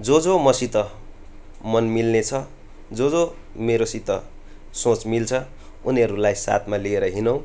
जो जो मसित मन मिल्ने छ जो जो मेरोसित सोच मिल्छ उनीहरूलाई साथमा लिएर हिँडौँ